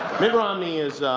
mitt romney is